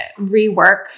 rework